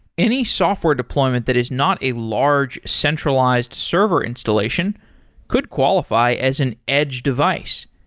any software deployment that is not a large centralized server installation could qualify as an edge device,